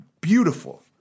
beautiful